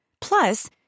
Plus